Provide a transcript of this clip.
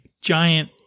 giant